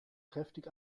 kräftig